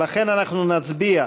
לכן אנחנו נצביע,